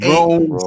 Rome